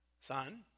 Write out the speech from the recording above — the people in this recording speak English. son